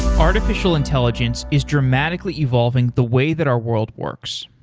artificial intelligence is dramatically evolving the way that our world works,